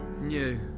new